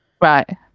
right